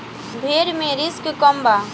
भेड़ मे रिस्क कम बा